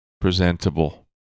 presentable